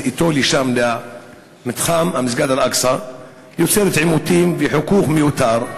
אתו למתחם מסגד אל-אקצא יוצר עימותים וחיכוך מיוחד.